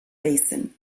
basin